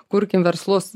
kurkim verslus